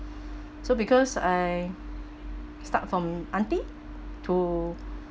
so because I start from aunty to